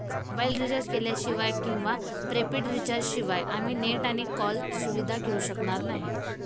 mobile recharge केल्याशिवाय किंवा prepaid recharge शिवाय आम्ही नेट आणि कॉल सुविधा घेऊ शकणार नाही